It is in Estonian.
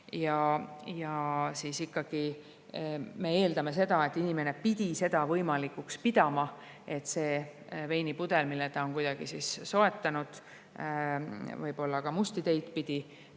Ja ikkagi me eeldame seda, et inimene pidi seda võimalikuks pidama, et see veinipudel, mille ta on kuidagi soetanud, võib-olla ka musti teid pidi,